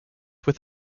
with